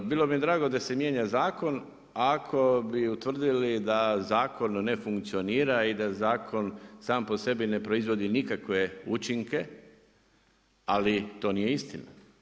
Bilo bi mi drago da se mijenja zakon ako bi utvrdili da zakon ne funkcionira i da zakon sam po sebi ne proizvodi nikakve učinke ali to nije istina.